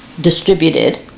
distributed